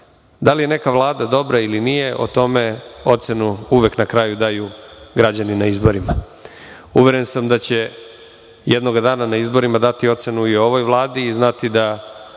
li je neka vlada dobra ili nije o tome ocenu uvek na kraju daju građani na izborima. Uveren sam da će jednog dana na izborima dati ocenu i ovoj Vladi i znati da